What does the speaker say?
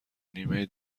نیمه